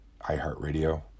iHeartRadio